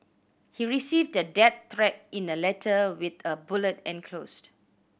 he received a death threat in a letter with a bullet enclosed